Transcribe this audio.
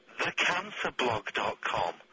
thecancerblog.com